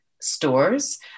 stores